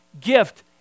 gift